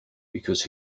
because